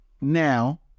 now